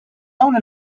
dawn